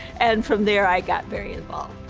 and from there, i got very involved.